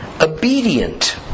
obedient